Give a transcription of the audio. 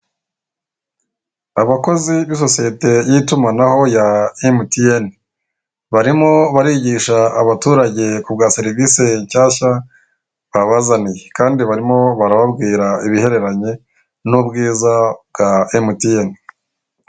Abakozi b'isosiyete y'itumanaho ya emutiyene barimo barigisha abaturage kugura serivise nshyashya babazaniye, kandi barimo barababwira ibihereranye n'ubwiza bwa emutiyene.